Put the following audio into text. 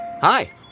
Hi